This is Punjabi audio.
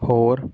ਹੋਰ